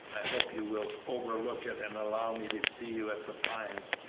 i hope you will overlook it and allow me to see you at the pines,